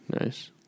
nice